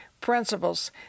principles